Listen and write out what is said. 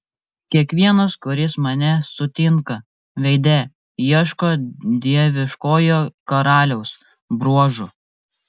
kiekvienas kuris mane sutinka veide ieško dieviškojo karaliaus bruožų